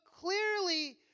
clearly